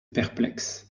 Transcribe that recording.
perplexe